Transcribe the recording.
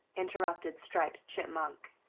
interrupted striped chipmunk.